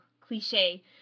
cliche